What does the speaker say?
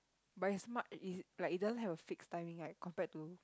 but it's muc~ it~ it doesn't have a fixed timing right compared to